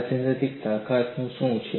અને સૈદ્ધાંતિક તાકાત શું છે